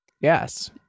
Yes